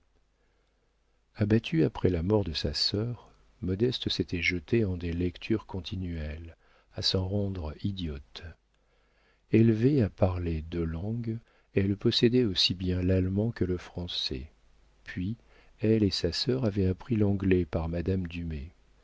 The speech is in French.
abattue après la mort de sa sœur modeste s'était jetée en des lectures continuelles à s'en rendre idiote élevée à parler deux langues elle possédait aussi bien l'allemand que le français puis elle et sa sœur avaient appris l'anglais par madame dumay